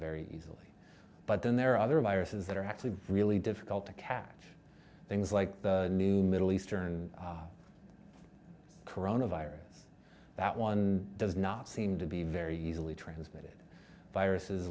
very easily but then there are other viruses that are actually really difficult to catch things like the new middle eastern corona virus that one does not seem to be very easily transmitted viruses